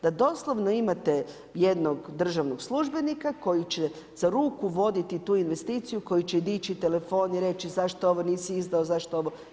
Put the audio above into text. Da doslovno imate jednog državnog službenika koji će za ruku voditi tu investiciju koji će dići telefon i reći zašto ovo nisi izdao, zašto ovo?